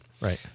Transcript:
Right